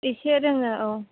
इसे रोङो औ